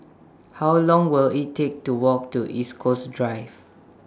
How Long Will IT Take to Walk to East Coast Drive